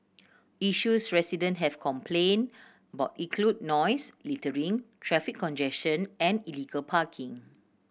issues resident have complained about include noise littering traffic congestion and illegal parking